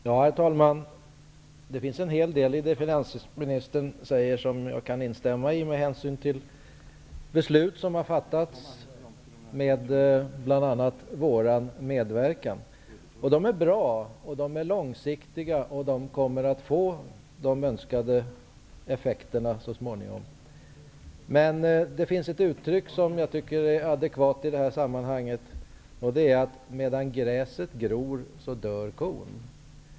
Herr talman! Det finns en hel del i det finansministern säger som jag kan instämma i med hänsyn till beslut som har fattats med bl.a. vår medverkan. De är bra och de är långsiktiga. De kommer att få de önskade effekterna så småningom. Men det finns ett uttryck som jag tycker är adekvat i det här sammanhanget: Medan gräset gror dör kon.